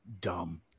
dumb